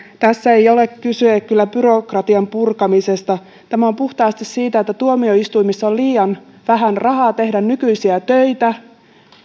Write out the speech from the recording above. tässä ei ole kyse kyllä byrokratian purkamisesta tämä on puhtaasti sitä että tuomioistuimissa on liian vähän rahaa tehdä nykyisiä töitä